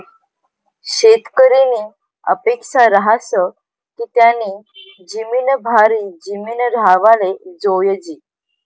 शेतकरीनी अपेक्सा रहास की त्यानी जिमीन भारी जिमीन राव्हाले जोयजे